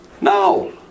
No